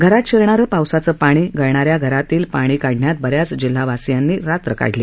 घरात शिरणार पावसाचं पाणी गळणाऱ्या घरातील पाणी काढण्यात बऱ्याच जिल्हावासीयांनी रात्र काढली